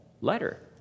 letter